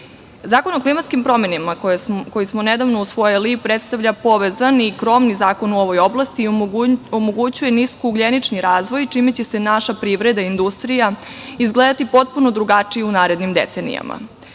o klimatskim promenama koji smo nedavno usvojili predstavlja povezani krovni zakon u ovoj oblasti i omogućava niskougljenični razvoj, čime će naša privreda i industrija izgledati potpuno drugačije u narednim decenijama.U